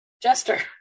Jester